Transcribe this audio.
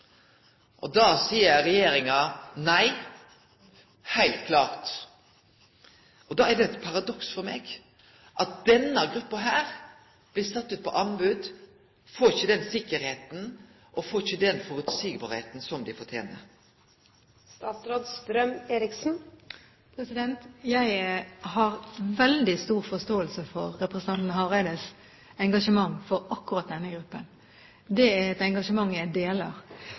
seier regjeringa heilt klart nei. Da er det eit paradoks for meg at denne gruppa blir sett ut på anbod og ikkje får den tryggleiken og den føreseielegheita som dei fortener. Jeg har veldig stor forståelse for representanten Hareides engasjement for akkurat denne gruppen. Det er et engasjement